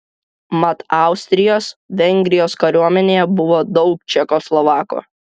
mat austrijos vengrijos kariuomenėje buvo daug čekoslovakų